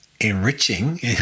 enriching